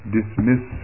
dismiss